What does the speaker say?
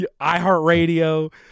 iHeartRadio